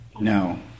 No